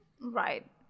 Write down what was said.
Right